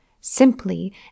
simply